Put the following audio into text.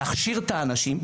להכשיר את האנשים,